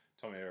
Tommy